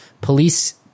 police